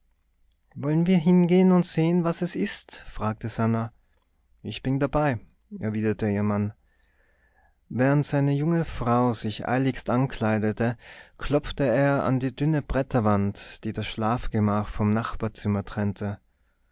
wollen wir hingehen und sehen was es ist fragte sannah ich bin dabei erwiderte ihr mann während seine junge frau sich eiligst ankleidete klopfte er an die dünne bretterwand die das schlafgemach vom nachbarzimmer trennte